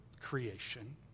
creation